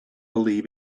believe